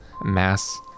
mass